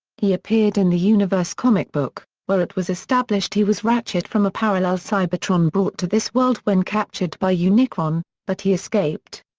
he appeared in the universe comic book, where it was established he was ratchet from a parallel cybertron brought to this world when captured by unicron but he escaped.